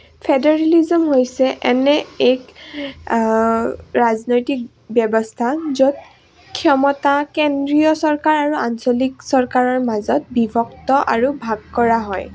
federalism হৈছে এনে এক ৰাজনৈতিক ব্যৱস্থা য'ত ক্ষমতা কেন্দ্ৰীয় চৰকাৰ আৰু আঞ্চলিক চৰকাৰৰ মাজত বিভক্ত আৰু ভাগ কৰা হয়